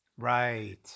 Right